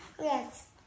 Yes